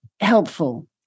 helpful